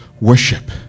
worship